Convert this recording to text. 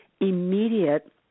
immediate